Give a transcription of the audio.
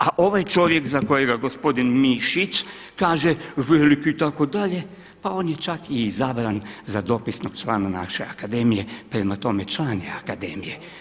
A ovaj čovjek za kojega gospodin Mišić kaže veliki itd., pa on je čak i izabran za dopisnog člana naše Akademije prema tome član je Akademije.